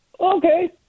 Okay